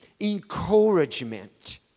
encouragement